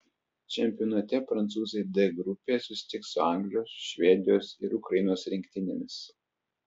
čempionate prancūzai d grupėje susitiks su anglijos švedijos ir ukrainos rinktinėmis